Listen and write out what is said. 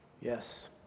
Yes